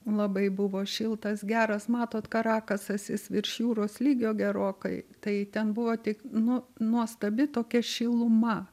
labai buvo šiltas geras matot karakasas jis virš jūros lygio gerokai tai ten buvo tik nu nuostabi tokia šiluma